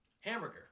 Hamburger